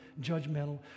judgmental